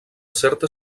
certa